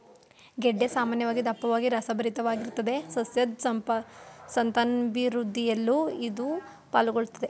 ಗೆಡ್ಡೆ ಸಾಮಾನ್ಯವಾಗಿ ದಪ್ಪವಾಗಿ ರಸಭರಿತವಾಗಿರ್ತದೆ ಸಸ್ಯದ್ ಸಂತಾನಾಭಿವೃದ್ಧಿಯಲ್ಲೂ ಇದು ಪಾಲುಗೊಳ್ಳುತ್ದೆ